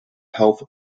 health